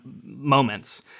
moments